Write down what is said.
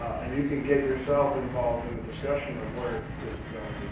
and you can get yourself involved in the discussion of where this is going.